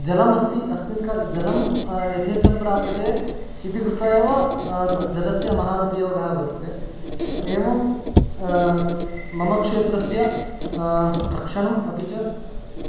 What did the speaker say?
जलमस्ति अस्मिन् काले जलं यथेच्छं प्राप्यते इति कृत्वा एव जलस्य महान् उपयोगः वर्तते एवं मम क्षेत्रस्य रक्षणम् अपि च